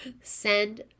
send